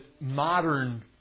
modern